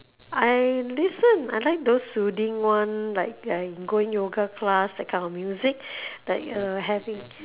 I listen I like those soothing one like I going yoga class that kind of music like having